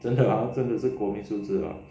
真的啦真的是国民素质 lah